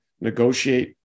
negotiate